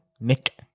nick